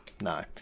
No